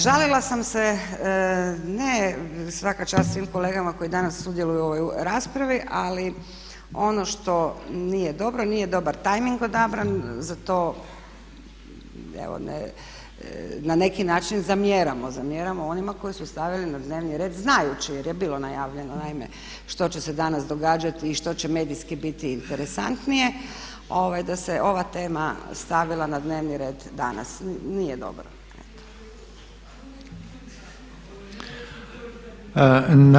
Žalila sam se, ne svaka čast svim kolegama koji danas sudjeluju u ovoj raspravi ali ono što nije dobro, nije dobar tajming odabran za to, evo na neki način zamjeramo, zamjeramo onima koji su stavili na dnevni red znajući jer je bilo najavljeno naime što će se danas događati i što će medijski biti interesantnije, da se ova tema stavila na dnevni red danas, nije dobro. eto.